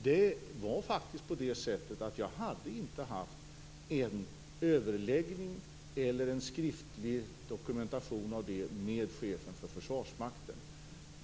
Det var faktiskt på det sättet att jag inte hade haft en överläggning med eller fått en skriftlig dokumentation av chefen för Försvarsmakten.